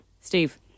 Steve